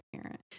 parent